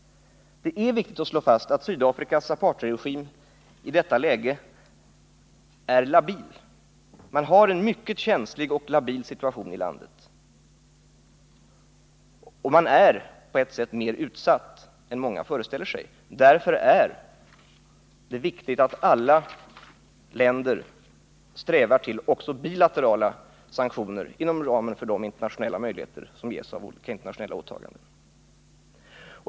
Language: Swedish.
Det är viktigt att slå fast att Sydafrikas apartheidregim i detta läge är labil. Situationen i landet är mycket känslig, och regimen är mer utsatt än många föreställer sig. Därför är det viktigt att alla länder strävar efter att vidta bilaterala sanktioner inom ramen för de möjligheter som ges genom internationella åtaganden.